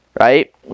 Right